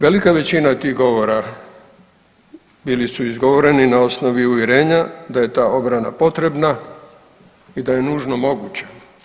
Velika većina tih govora bili su izgovoreni na osnovi uvjerenja da je ta obrana potrebna i da je nužno moguća.